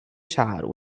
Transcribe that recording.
child